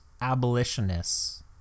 abolitionists